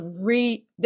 re